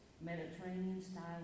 Mediterranean-style